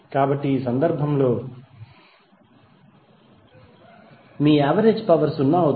కాబట్టి ఈ సందర్భంలో మీ యావరేజ్ పవర్ 0 అవుతుంది